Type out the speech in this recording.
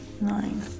Nine